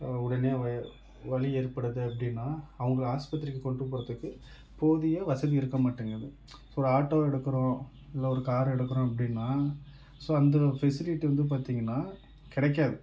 உடனே வ வலி ஏற்படுது அப்படின்னா அவங்கள ஆஸ்பத்திரிக்கு கொண்டுபோகிறதுக்கு போதிய வசதி இருக்கமாட்டேங்குது ஒரு ஆட்டோ எடுக்கிறோம் இல்லை ஒரு கார் எடுக்கிறோம் அப்படின்னா ஸோ அந்த ஒரு ஃபெசிலிட்டி வந்து பார்த்தீங்கன்னா கிடைக்காது